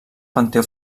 panteó